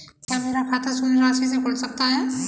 क्या मेरा खाता शून्य राशि से खुल सकता है?